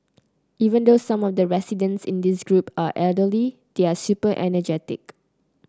even though some of the residents in this group are elderly they are super energetic